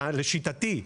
לשיטתי,